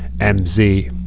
MZ